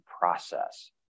process